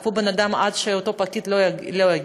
תעכבו בן-אדם עד שאותו פקיד יגיע?